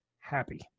Happy